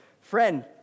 friend